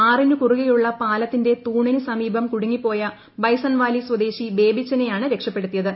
ആറിനു കുറുകെയുള്ള പാലത്തിന്റെ തൂണിന് സമീപം കുടുങ്ങിപ്പോയ ബൈസൺവാലി സ്വദേശി ബേബിച്ചനെ ആണ് രക്ഷപെടുത്തിയത്